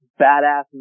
badass